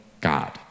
God